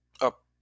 up